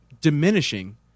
diminishing